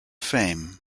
fame